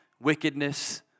wickedness